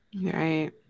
Right